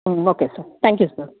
okay sir thank you sir